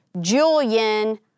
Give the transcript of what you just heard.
Julian